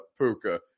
Puka